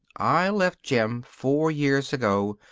i left jim four years ago,